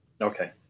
Okay